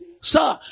sir